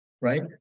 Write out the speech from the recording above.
Right